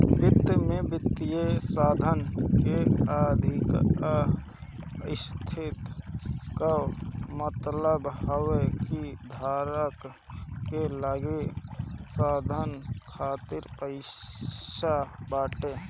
वित्त में वित्तीय साधन के अधिका स्थिति कअ मतलब हवे कि धारक के लगे साधन खातिर पईसा बाटे